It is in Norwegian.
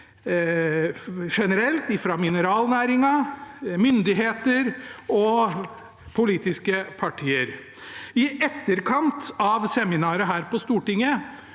generelt, fra mineralnæringen, fra myndigheter og fra politiske partier. I etterkant av seminaret her på Stortinget